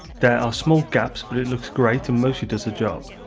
there are small gaps, but it looks great and mostly does the job.